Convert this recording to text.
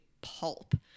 pulp